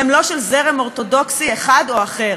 והם לא של זרם אורתודוקסי אחד או אחר.